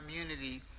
community